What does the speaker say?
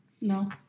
No